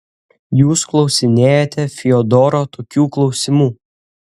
jūs klausinėjate fiodoro tokių klausimų